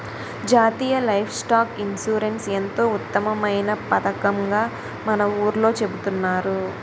జాతీయ livestock insurance ఎంతో ఉత్తమమైన పదకంగా మన ఊర్లో చెబుతున్నారు